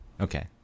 okay